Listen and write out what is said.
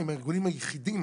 הם הארגונים היחידים